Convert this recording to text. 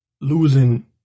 Losing